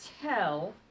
tell